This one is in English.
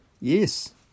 Yes